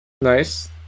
Nice